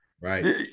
Right